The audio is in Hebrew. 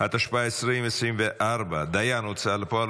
(תיקון מס' 78) (דיין הוצאה לפועל),